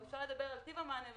אפשר לדבר על טיב המענה,